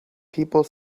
people